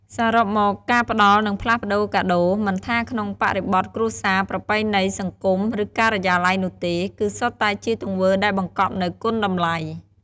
សរុបមក ការផ្តល់និងផ្លាស់ប្ដូរកាដូរ មិនថាក្នុងបរិបទគ្រួសារ ប្រពៃណី សង្គម ឬការិយាល័យនោះទេ គឺសុទ្ធតែជាទង្វើដែលបង្កប់នូវ គុណតម្លៃ។